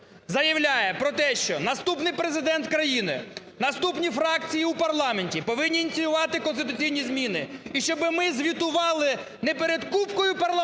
заявляє про те, що наступний Президент країни, наступні фракції у парламенті повинні ініціювати конституційні зміни. І щоби ми звітували не перед купкою парламентарів